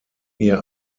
ihr